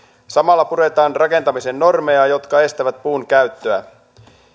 samalla puretaan rakentamisen normeja jotka estävät puunkäyttöä